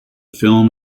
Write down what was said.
film